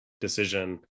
decision